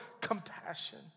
compassion